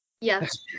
Yes